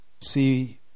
See